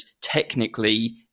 technically